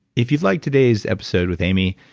if you like today's episode with amy,